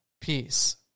Peace